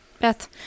Beth